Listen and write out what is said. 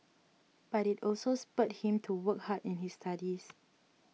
but it also spurred him to work hard in his studies